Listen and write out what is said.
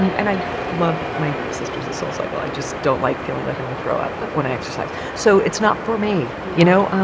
and i love my sisters at soulcycle, i just don't like feeling like i'm gonna throw up when i exercise. so it's not for me. yeah. you know?